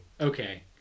Okay